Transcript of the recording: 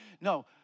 no